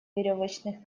веревочных